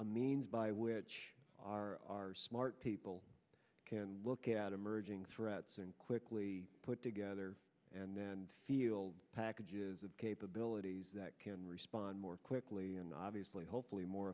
a means by which our our smart people can look at emerging threats and quickly put together and feel packages of capabilities that can respond more quickly and obviously hopefully more